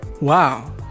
wow